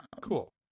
Cool